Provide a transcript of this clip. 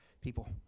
people